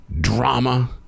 drama